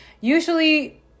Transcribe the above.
Usually